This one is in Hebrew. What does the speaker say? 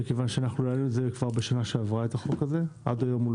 כבר בשנה שעברה העלינו את החוק הזה ועד היום הוא